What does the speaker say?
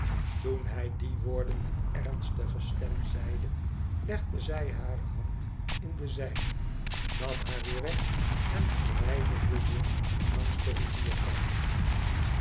toen hij die woorden met ernstige stem zeide legde zij hare hand in de zijne nam haar weer weg en verwijderde zich langs den rivierkant